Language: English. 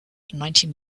nineteen